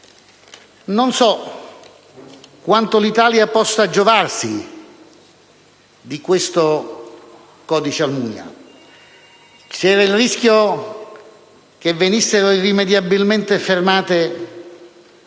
Non so quanto l'Italia possa giovarsi di questo codice Almunia. Vi era il rischio che venissero irrimediabilmente fermate